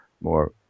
more